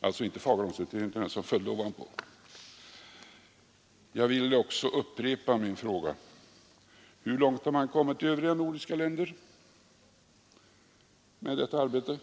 Jag syftar alltså inte på Fagerholmsutredningen utan på den utredning som följde efter. Jag vill också upprepa min fråga: Hur långt har man kommit med detta arbete i övriga nordiska länder?